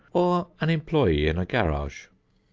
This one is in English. or an employee in a garage.